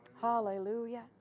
hallelujah